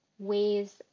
ways